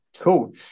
Cool